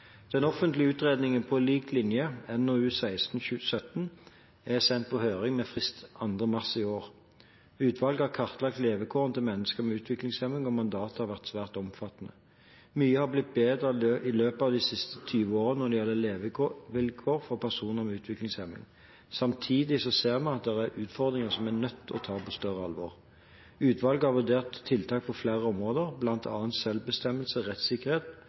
Den offentlige utredningen På lik linje – NOU 2016:17 – er sendt på høring med frist 2. mars i år. Utvalget har kartlagt levekårene til mennesker med utviklingshemning, og mandatet har vært svært omfattende. Mye har blitt bedre i løpet av de siste 20 årene når det gjelder levekårene for personer med utviklingshemning. Samtidig ser vi at det er utfordringer som vi er nødt til å ta på større alvor. Utvalget har vurdert tiltak på flere områder, bl.a. selvbestemmelse, rettssikkerhet